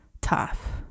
tough